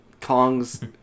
Kong's